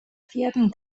vierten